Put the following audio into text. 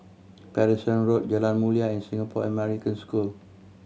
Paterson Road Jalan Mulia and Singapore American School